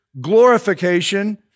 glorification